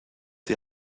die